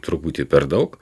truputį per daug